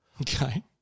Okay